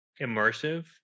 immersive